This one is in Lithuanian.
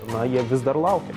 na jie vis dar laukia